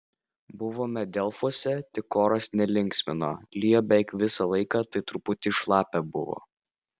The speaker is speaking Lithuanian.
buvome delfuose tik oras nelinksmino lijo beveik visą laiką tai truputį šlapia buvo